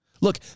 Look